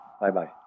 Bye-bye